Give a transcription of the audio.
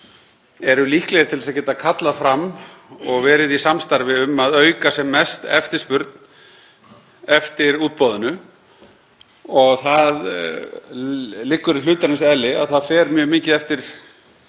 eru líklegir til þess að geta kallað fram og verið í samstarfi um að auka sem mest eftirspurn eftir útboðinu. Það liggur í hlutarins eðli að það fer mjög mikið eftir